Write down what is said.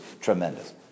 tremendous